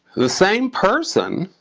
the same person,